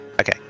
Okay